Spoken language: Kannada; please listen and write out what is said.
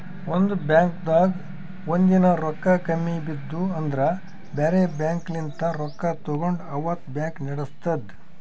ಒಂದ್ ಬಾಂಕ್ದಾಗ್ ಒಂದಿನಾ ರೊಕ್ಕಾ ಕಮ್ಮಿ ಬಿದ್ದು ಅಂದ್ರ ಬ್ಯಾರೆ ಬ್ಯಾಂಕ್ಲಿನ್ತ್ ರೊಕ್ಕಾ ತಗೊಂಡ್ ಅವತ್ತ್ ಬ್ಯಾಂಕ್ ನಡಸ್ತದ್